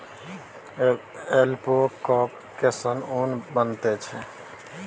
ऐल्पैकाक केससँ ऊन बनैत छै